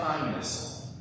kindness